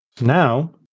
Now